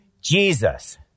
Jesus